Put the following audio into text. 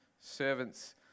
servants